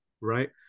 right